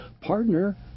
partner